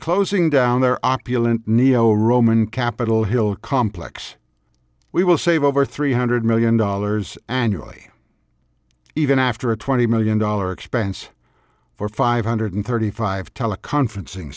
closing down their opulent neo roman capitol hill complex we will save over three hundred million dollars annually even after a twenty million dollar expense for five hundred thirty five teleconferencing